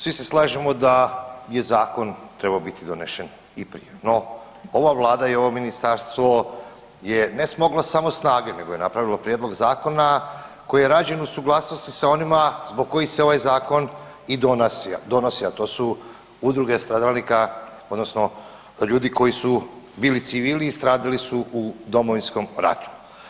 Svi se slažemo da je zakon trebao biti donesen i prije, no ova Vlada i ovo ministarstvo je ne smoglo samo snage, nego je napravilo prijedlog zakona koji je rađen u suglasnosti sa onima zbog kojih se ovaj zakon i donosi, a to su udruge stradalnika, odnosno ljudi koji su bili civili i stradali su u Domovinskom ratu.